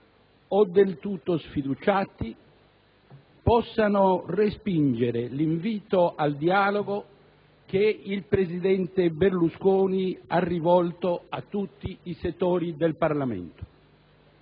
o del tutto sfiduciati possano respingere l'invito al dialogo che il presidente Berlusconi ha rivolto a tutti i settori del Parlamento,